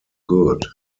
good